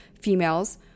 females